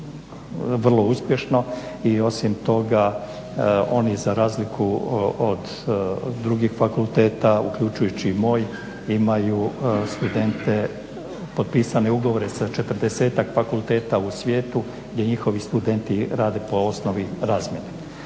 vrlo uspješno i osim toga oni za razliku od drugih fakulteta uključujući i moj imaju studente potpisane ugovore sa 40-tak fakulteta u svijetu gdje njihovi studenti rade po osnovi razmjene.